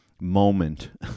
moment